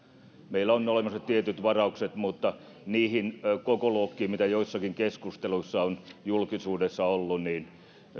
meillä on olemassa tietyt varaukset mutta viitaten niihin kokoluokkiin mitä joissakin keskusteluissa on julkisuudessa ollut totean että